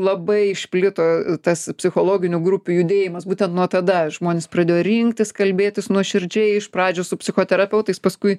labai išplito tas psichologinių grupių judėjimas būtent nuo tada žmonės pradėjo rinktis kalbėtis nuoširdžiai iš pradžių su psichoterapeutais paskui